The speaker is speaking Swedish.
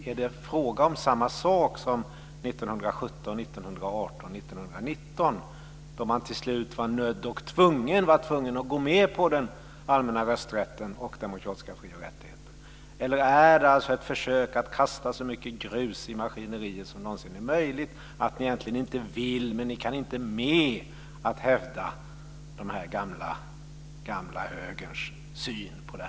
Är det fråga om samma sak som 1917, 1918 och 1919, då man till slut var nödd och tvungen att gå med på den allmänna rösträtten och demokratiska frioch rättigheter? Eller är det ett försök att kasta så mycket grus i maskineriet som det någonsin är möjligt, att ni egentligen inte vill men ni kan inte med att hävda den gamla högerns syn?